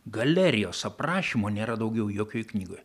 galerijos aprašymo nėra daugiau jokioj knygoj